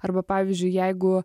arba pavyzdžiui jeigu